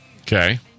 Okay